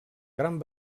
gran